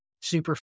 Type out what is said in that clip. super